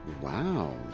Wow